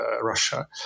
Russia